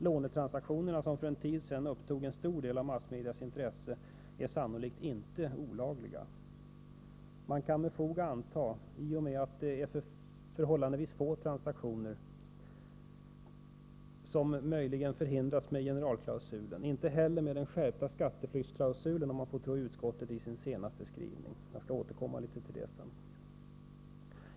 Lånetransaktionerna, som för en tid sedan upptog en stor del av massmedias intresse, är sannolikt inte olagliga. Detta kan man med fog anta, eftersom förhållandevis få transaktioner har förhindrats med hjälp av generalklausulen. Detsamma gäller den skärpta skatteflyktsklausulen, om man får tro utskottet i dess senaste skrivning. Jag skall återkomma litet till detta senare.